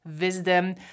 wisdom